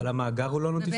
אבל המאגר הוא לא נוטיפיקציה.